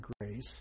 grace